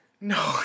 No